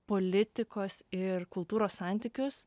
politikos ir kultūros santykius